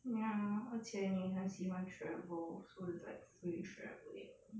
oh ya 而且你很喜欢 travel so is like free travelling mm